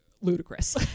ludicrous